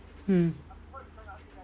mm